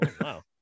wow